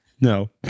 No